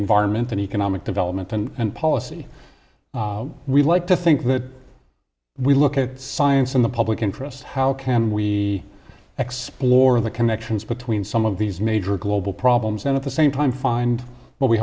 environment and economic development and policy we'd like to think that we look at science in the public interest how can we explore the connections between some of these major global problems and at the same time find what we